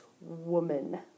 woman